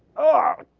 ah.